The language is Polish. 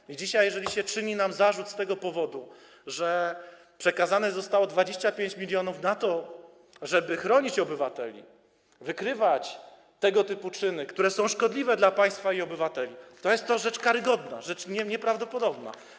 Jeżeli dzisiaj czyni się nam zarzut z tego powodu, że przekazane zostało 25 mln na to, żeby chronić obywateli, wykrywać tego typu czyny, które są szkodliwe dla państwa i obywateli, to jest to rzecz karygodna, rzecz nieprawdopodobna.